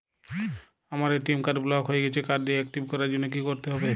আমার ATM card block হয়ে গেছে কার্ড টি একটিভ করার জন্যে কি করতে হবে?